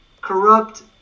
corrupt